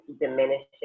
diminishes